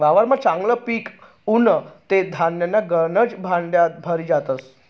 वावरमा चांगलं पिक उनं ते धान्यन्या गनज गाड्या भरी जातस